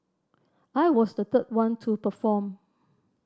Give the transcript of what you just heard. I was the third one to perform